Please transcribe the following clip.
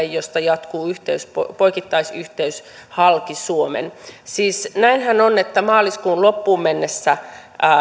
josta jatkuu poikittaisyhteys halki suomen siis näinhän on että maaliskuun loppuun mennessä